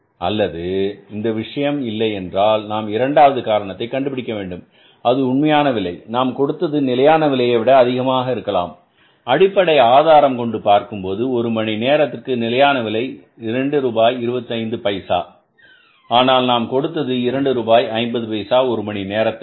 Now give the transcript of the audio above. அல்லது இந்த விஷயம் இல்லை என்றால் நாம் இரண்டாவது காரணத்தை கண்டுபிடிக்க வேண்டும் அது உண்மையான விலை நான் கொடுத்தது நிலையான விலையைவிட அதிகமாக இருக்கலாம் அடிப்படை ஆதாரம் கொண்டு பார்க்கும்போது ஒரு மணி நேரத்திற்கு நிலையான விலை 2 ரூபாய் 25 பைசா ஆனால் நாம் கொடுத்தது 2 ரூபாய் 50 பைசா ஒரு மணி நேரத்திற்கு